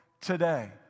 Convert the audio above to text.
today